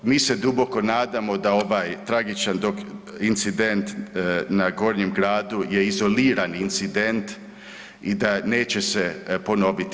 Mi se duboko nadamo da ovaj tragičan incident na Gornjem gradu je izolirani incident i da neće se ponoviti.